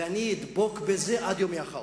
ואני אדבק בזה עד יומי האחרון,